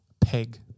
peg